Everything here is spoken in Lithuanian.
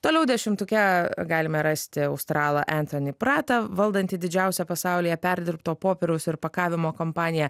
toliau dešimtuke galime rasti australą entonį pratą valdantį didžiausią pasaulyje perdirbto popieriaus ir pakavimo kompaniją